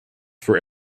for